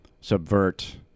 subvert